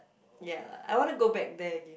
ya I want to go back there again